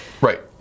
Right